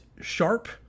Sharp